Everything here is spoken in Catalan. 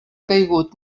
caigut